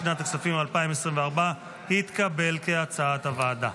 לשנת הכספים 2024, כהצעת הוועדה,